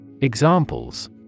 Examples